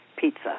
pizza